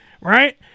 right